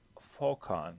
Falcon